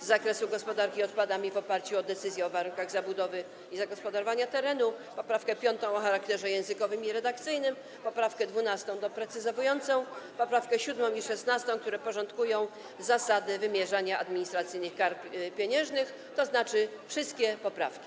z zakresu gospodarki odpadami w oparciu o decyzję o warunkach zabudowy i zagospodarowania terenu, poprawkę 5. o charakterze językowym i redakcyjnym, poprawkę 12. doprecyzowującą, poprawki 7. i 16., które porządkują zasady wymierzania administracyjnych kar pieniężnych, tzn. wszystkie poprawki.